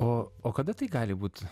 o o kada tai gali būt